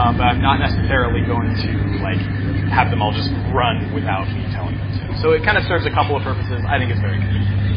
um but i'm not necessarily going to like have them all just run without me telling them to. so it kind of serves a couple of purposes. i think it's very convenient.